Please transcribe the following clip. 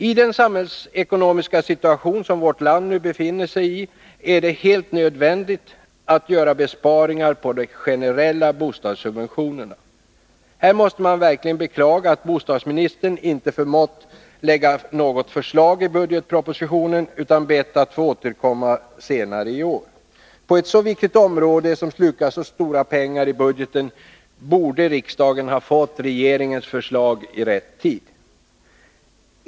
I den samhällsekonomiska situation som vårt land nu befinner sig i är det helt nödvändigt att göra besparingar på de generella bostadssubventionerna. Här måste man verkligen beklaga att bostadsministern icke förmått lägga något förslag i budgetpropositionen utan bett att få återkomma senare i år. På ett så viktigt område som slukar så stora pengar i budgeten borde riksdagen ha fått regeringens förslag i rätt tid.